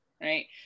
right